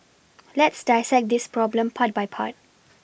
let's dissect this problem part by part